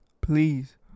Please